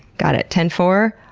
got it. ten four.